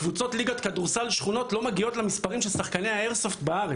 קבוצות ליגות כדורסל שכונות לא מגיעות למספרים של שחקני הארץ,